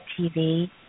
TV